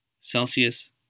Celsius